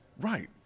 Right